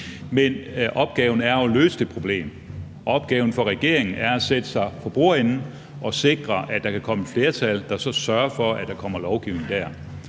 Men opgaven er jo at løse det problem. Opgaven for regeringen er at sætte sig for bordenden og sikre, at der kan komme et flertal, der så sørger for, at der kommer lovgivning der.